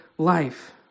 life